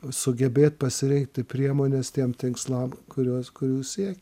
sugebėt pasirinkti priemones tiem tikslam kuriuos kurių sieki